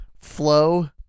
flow